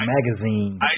Magazine